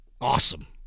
Awesome